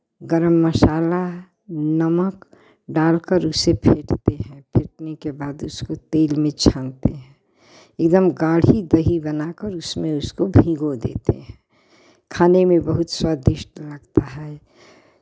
गरम मसाला नमक डाल कर उसे फेंटते हैं फेंटने के बाद उसको तेल में छानते हैं एकदम गाढ़ी दही बना कर उसमें उसको भिगो देते हैं खाने में बहुत स्वादिष्ट लगता है